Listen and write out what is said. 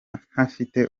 ntafite